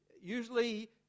Usually